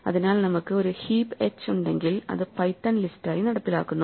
അതിനാൽ നമുക്ക് ഒരു ഹീപ്പ് എച്ച് ഉണ്ടെങ്കിൽ അത് പൈത്തൺ ലിസ്റ്റായി നടപ്പിലാക്കുന്നു